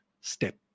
step